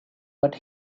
but